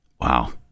Wow